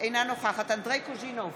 אינה נוכחת אנדרי קוז'ינוב,